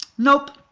nope,